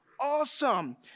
awesome